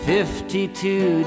Fifty-two